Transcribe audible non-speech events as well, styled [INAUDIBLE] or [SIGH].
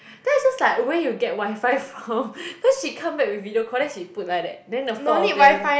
then I just like where you get Wi-Fi from [LAUGHS] cause she come back with video call then she put like that then the four of them